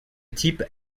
type